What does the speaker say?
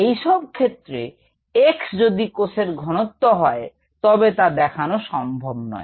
এসব ক্ষেত্রে x যদি কোষের ঘনত্ব হয় তবে তা দেখানো সম্ভব নয়